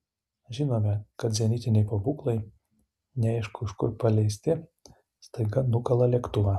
žinome kad zenitiniai pabūklai neaišku iš kur paleisti staiga nukala lėktuvą